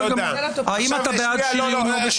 האם אתה בעד שריון 61?